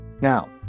Now